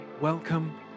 Welcome